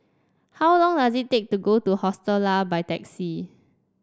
how long does it take to get to Hostel Lah by taxi